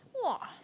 !wah!